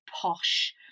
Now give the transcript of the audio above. posh